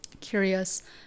curious